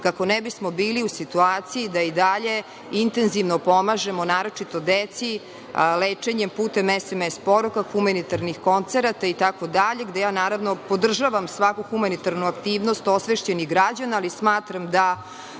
kako ne bismo bili u situaciji da i dalje intenzivno pomažemo, naročito deci, lečenje putem SMS poruka, humanitarnih koncerata itd, gde ja naravno podržavam svaku humanitarnu aktivnost osvešćenih građana, ali smatram da